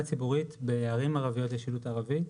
בערים ערביות יש שילוט בערבית.